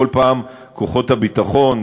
כל פעם כוחות הביטחון,